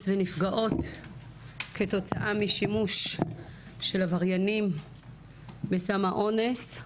ונפגעות כתוצאה משימוש של עבריינים בסם האונס.